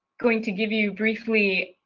going to give you briefly